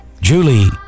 Julie